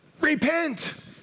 repent